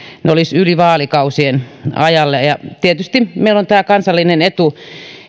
ne olisivat yli vaalikausien ajalle tietysti meillä on tämä kansallinen etu